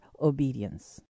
obedience